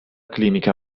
clinica